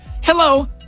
Hello